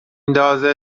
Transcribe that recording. ندازه